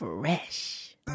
Fresh